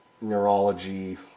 neurology